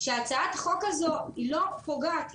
שהצעת החוק הזו לא פוגעת,